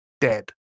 dead